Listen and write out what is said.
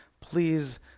Please